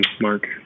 mark